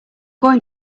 going